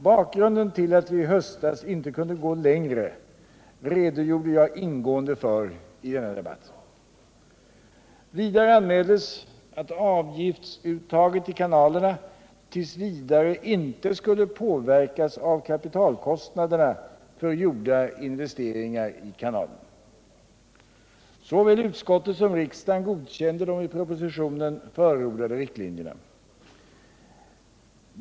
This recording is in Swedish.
Bakgrunden till att vi i höstas inte kunde gå längre redogjorde jag ingående för i den debatten. Vidare anmäldes att avgiftsuttaget i kanalerna t. v. inte skulle påverkas av kapitalkostnaderna för gjorda investeringar i kanalerna. Såväl utskottet som riksdagen godkände de i propositionen förordade riktlinjerna.